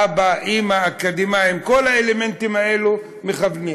אבא ואימא אקדמאים, מכוונים.